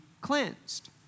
cleansed